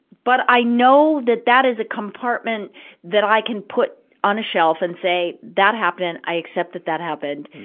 but i know that that is a compartment that i can put on a shelf and say, that happened. i accept that that happened.